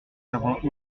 avons